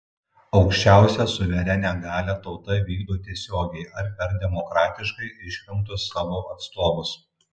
aukščiausią suverenią galią tauta vykdo tiesiogiai ar per demokratiškai išrinktus savo atstovus